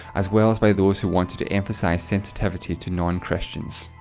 as well as by those who wanted to emphasize sensitivity to non-christians.